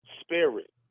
spirit